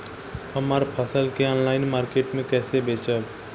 हमार फसल के ऑनलाइन मार्केट मे कैसे बेचम?